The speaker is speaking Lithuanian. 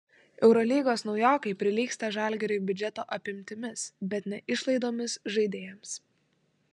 eurolygos naujokai prilygsta žalgiriui biudžeto apimtimis bet ne išlaidomis žaidėjams